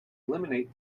eliminate